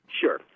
sure